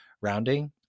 Rounding